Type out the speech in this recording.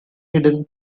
hidden